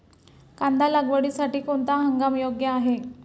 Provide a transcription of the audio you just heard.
कांदा लागवडीसाठी कोणता हंगाम योग्य आहे?